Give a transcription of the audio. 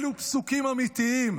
אלה פסוקים אמיתיים.